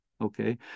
Okay